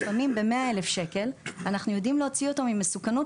לפעמים ב-100,000 שקלים אנחנו יודעים להוציא אותם ממסוכנות,